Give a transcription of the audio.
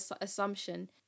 assumption